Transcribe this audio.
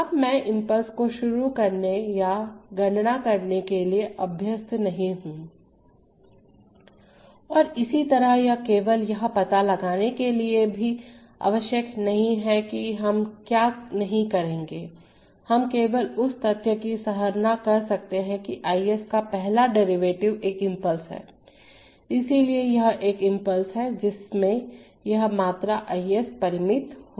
अब मैं इंपल्स को शुरू करने या गणना करने के लिए अभ्यस्त नहीं हूं और इसी तरह यह केवल यह पता लगाने के लिए भी आवश्यक नहीं है कि हम क्या नहीं करेंगे हम केवल इस तथ्य की सराहना कर सकते हैं कि I s का पहला डेरिवेटिव एक इंपल्स है इसलिए यह एक इंपल्स है जिसमें यह मात्रा I s परिमित होती है